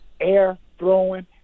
air-throwing